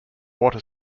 water